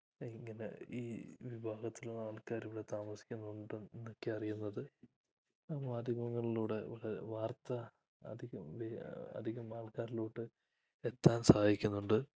ഇങ്ങനെ ഈ വിഭാഗത്തിലുള്ള ആൾക്കാരിവിടെ താമസിക്കുന്നുണ്ട് എന്നൊക്കെ അറിയുന്നത് മാധ്യമങ്ങളിലൂടെ വ വാർത്ത അധികം വെ അധികം ആൾക്കാരിലോട്ട് എത്താൻ സഹായിക്കുന്നുണ്ട്